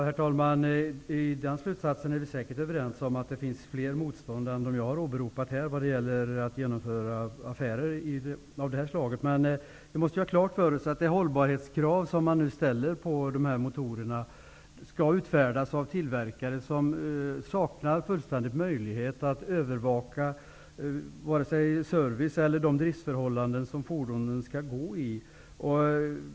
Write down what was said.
Herr talman! Vi är säkert överens om att det finns fler anledningar till köpmotståndet än dem som jag här har åberopat. Intyg om att motorerna uppfyller de hållbarhetskrav som ställts skall utfärdas av tillverkare som fullständigt saknar möjlighet att övervaka såväl service som de driftsförhållanden som fordonet skall användas i.